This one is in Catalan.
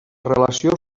relació